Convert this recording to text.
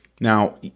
Now